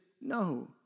no